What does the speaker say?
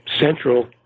central